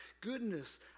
goodness